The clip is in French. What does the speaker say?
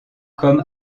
comme